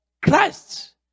Christ